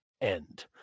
end